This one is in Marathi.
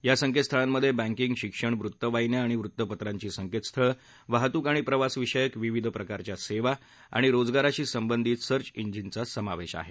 या संकेतस्थळांमध्ये बँकींग शिक्षण वृत्तवाहीन्या आणि वृत्तपत्रांची संकेतस्थळं वाहतूक आणि प्रवास विषयक विविध प्रकारच्या सेवा आणि रोजगाराशी संबंधित सर्व जिनचा समावेश आहे